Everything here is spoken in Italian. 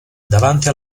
davanti